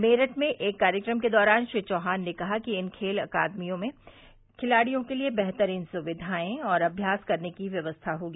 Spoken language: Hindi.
मेरठ में एक कार्यक्रम के दौरान श्री चौहान ने कहा कि इन खेल अकादमी में खिलाड़ियों के लिए बेहतरीन सुविधाएं और अभ्यास करने की व्यवस्था होगी